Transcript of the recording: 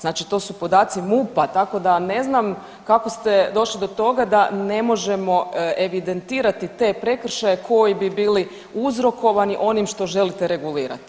Znači to su podaci MUP-a, tako da ne znam kako ste došli do toga da ne možemo evidentirati te prekršaje koji bi bili uzrokovani onim što želite regulirati.